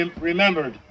remembered